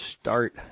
start